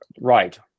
right